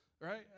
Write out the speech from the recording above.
right